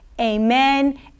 amen